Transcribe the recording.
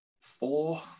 Four